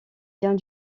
vient